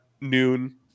noon